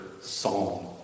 Psalm